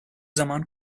zaman